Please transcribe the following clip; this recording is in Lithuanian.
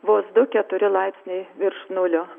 vos du keturi laipsniai virš nulio